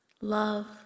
love